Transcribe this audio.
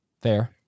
fair